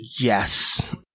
Yes